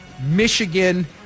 Michigan